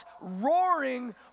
roaring